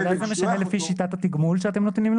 אולי זה משנה לפי שיטת התגמול שאתם נותנים?